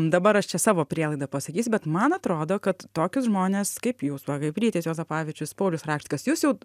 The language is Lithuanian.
dabar aš čia savo prielaidą pasakysiu bet man atrodo kad tokius žmones kaip jūs va kaip rytis juozapavičius paulius rakštikas jūs jau